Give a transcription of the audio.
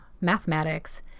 mathematics